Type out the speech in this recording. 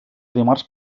dimarts